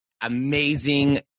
Amazing